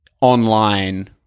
online